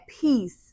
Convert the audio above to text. peace